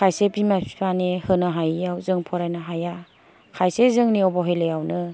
खायसे बिमा फिफानि होनो हायैयाव जों फरायनो हाया खायसे जोंनि अबेहेलायावनो